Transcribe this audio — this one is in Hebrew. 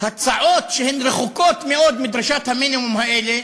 הצעות שהן רחוקות מאוד מדרישות המינימום האלה